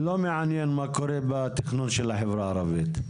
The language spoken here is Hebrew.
לא מעניין מה שקורה בתכנון של החברה הערבית?